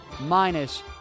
minus